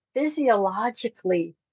physiologically